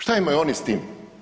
Šta imaju oni s tim?